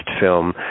film